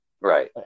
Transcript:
Right